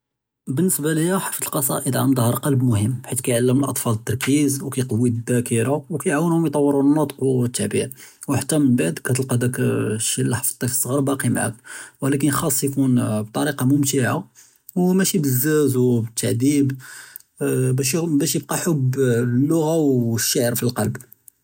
בִּנְסְבַּה לִיַא חِفְظ אֶלְקְסַאאִד עַלַא ظَهْر לֵבּ מֻהִימּ בְּחֵית כּיַעְלְּמּ אֶלְאַטְפָּאל תַרְכִּיז וּכּיַקַּוִּי אֶלְדַּاكִּירַה וּכּיַעְוּנְהּוּם יְטַווּרוּ אֶלְנּוּטְק וְאֶלְתַּבַע וְחַתّى מִמְבַעְד כּתְלְקֵּא דַאקּ אֶשִּׁי לִי חِفְظְתּוּ פַּלְצְּעְר בָּאקִי מַעַאק וְלָקִין חַאס יְקוּן אַה אה בִּטְרִיקַה מֻמְתַעָה וּמַשִּי בַּזַּאז וּתְעְדִיב אה אה בַּאש יְבְּקִי חֻבּ לַלּוּגַ'ה וְאֶלְשִּׁעְר פַלְלְּבּ.